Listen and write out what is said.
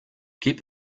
keep